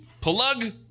plug